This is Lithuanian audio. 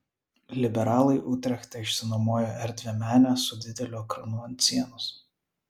liberalai utrechte išsinuomojo erdvią menę su dideliu ekranu ant sienos